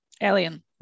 alien